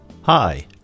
Hi